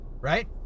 right